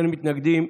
אין מתנגדים,